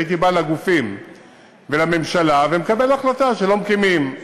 הייתי בא לגופים ולממשלה ומקבל החלטה שלא מקימים.